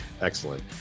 Excellent